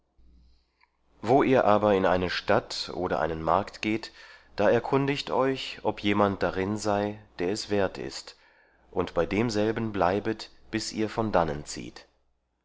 wo ihr aber in eine stadt oder einen markt geht da erkundigt euch ob jemand darin sei der es wert ist und bei demselben bleibet bis ihr von dannen zieht